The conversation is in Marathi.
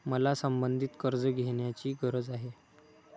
मला संबंधित कर्ज घेण्याची गरज आहे